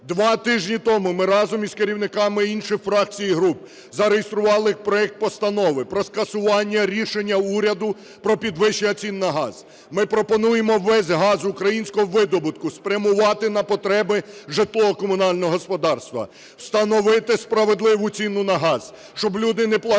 Два тижні тому ми разом з керівниками інших фракцій і груп зареєстрували проект Постанови про скасування рішення уряду про підвищення цін на газ. Ми пропонуємо весь газ українського видобутку спрямувати на потреби житлово-комунального господарства, встановити справедливу ціну на газ, щоб люди не платили